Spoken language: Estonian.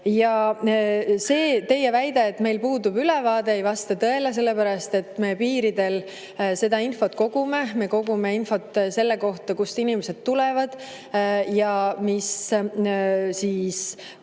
Ja see teie väide, et meil puudub ülevaade, ei vasta tõele, sellepärast et me kogume piiridel seda infot. Me kogume infot selle kohta, kust inimesed tulevad ja kuhu